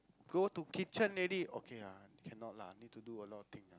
go to kitchen already okay lah cannot lah need to do a lot of thing ah